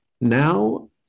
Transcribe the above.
Now